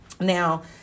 Now